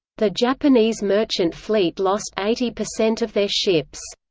the japanese merchant fleet lost eighty percent of their ships.